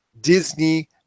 Disney